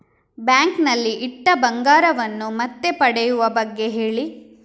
bank ನಲ್ಲಿ ಇಟ್ಟ ಬಂಗಾರವನ್ನು ಮತ್ತೆ ಪಡೆಯುವ ಬಗ್ಗೆ ಹೇಳಿ